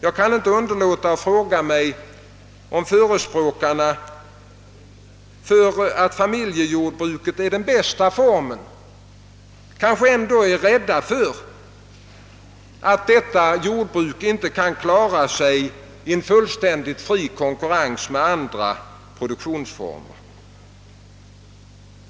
Jag kan inte underlåta att fråga mig, om de som är förespråkare för familjejordbruket såsom den bästa formen är rädda för att detta jordbruk inte skall klara sig i en fullständigt fri konkurrens med andra produktionsformer.